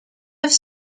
have